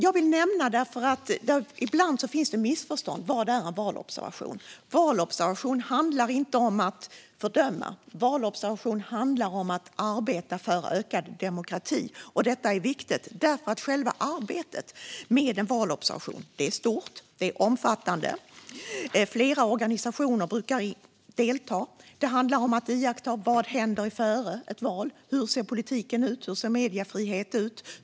Det råder ibland missförstånd om vad en valobservation är. Valobservation handlar inte om att fördöma utan om att arbeta för ökad demokrati. Detta är viktigt därför att själva arbetet med en valobservation är stort och omfattande. Flera organisationer brukar delta. Det handlar om att iaktta vad som händer före ett val. Hur ser politiken och mediefriheten ut?